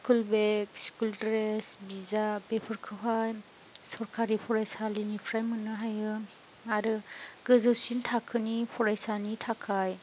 school bag school dress बिजाब बेफोरखौहाय सरखारि फरायसालिनिफ्राय मोननो हायो आरो गोजौसिन थाखोनि फरायसानि थाखाय